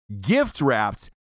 gift-wrapped